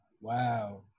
Wow